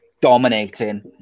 dominating